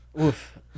Oof